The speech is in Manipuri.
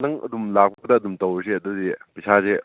ꯅꯪ ꯑꯗꯨꯝ ꯂꯥꯛꯄꯗ ꯑꯗꯨꯝ ꯇꯧꯔꯁꯦ ꯑꯗꯨꯗꯤ ꯄꯩꯁꯥꯁꯦ